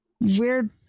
weird